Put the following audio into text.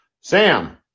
Sam